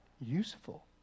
useful